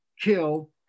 kill